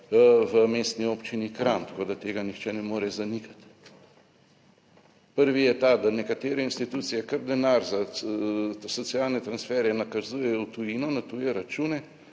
v Mestni občini Kranj. Tako da tega nihče ne more zanikati. Prvi je ta, da nekatere institucije kar denar za socialne transferje nakazujejo v tujino, na tuje račune,